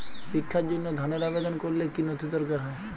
শিক্ষার জন্য ধনের আবেদন করলে কী নথি দরকার হয়?